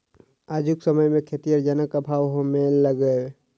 आजुक समय मे खेतीहर जनक अभाव होमय लगलै